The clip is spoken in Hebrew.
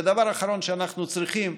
והדבר האחרון שאנחנו צריכים,